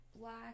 Black